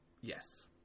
yes